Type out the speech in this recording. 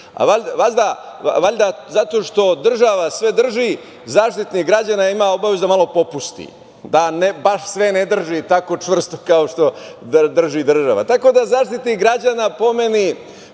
Valjda zato što država sve drži, Zaštitnik građana ima obavezu da malo popusti, da baš sve ne drži tako čvrsto kao što drži država. Tako da, Zaštitnik građana, po meni,